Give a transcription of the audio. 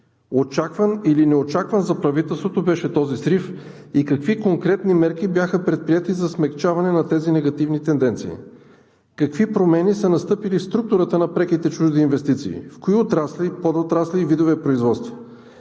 очакван или неочакван за правителството беше този срив и какви конкретни мерки бяха предприети за смекчаване на тези негативни тенденции; какви промени са настъпили в структурата на преките чужди инвестиции – в кои отрасли, подотрасли и видове производства;